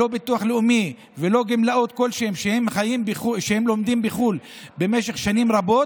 לא ביטוח לאומי ולא גמלאות כלשהן כשהם לומדים בחו"ל במשך שנים רבות,